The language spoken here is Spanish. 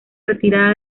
retirada